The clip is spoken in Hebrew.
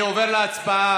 אני עובר להצבעה.